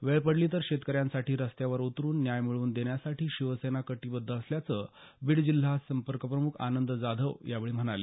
वेळ पडली तर शेतकऱ्यांसाठी रस्त्यावर उतरून न्याय मिळवून देण्यासाठी शिवसेना कटीबद्ध असल्याचं बीड जिल्हा संपर्कप्रमुख आनंद जाधव यावेळी म्हणाले